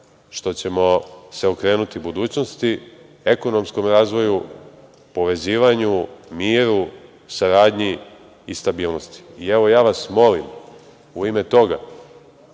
što ćemo se okrenuti budućnosti, ekonomskom razvoju, povezivanju, miru, saradnji i stabilnosti. Evo, ja vas molim u ime toga